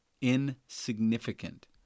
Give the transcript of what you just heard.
insignificant